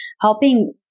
helping